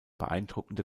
beeindruckende